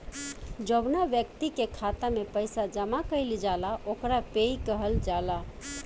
जौवना ब्यक्ति के खाता में पईसा जमा कईल जाला ओकरा पेयी कहल जाला